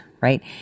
right